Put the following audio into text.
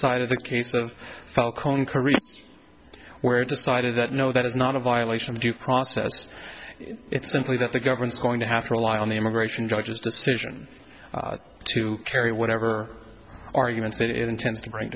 decided the case of cone korea where decided that no that is not a violation of due process it's simply that the government's going to have to rely on the immigration judge's decision to carry whatever arguments it intends to bring